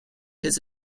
his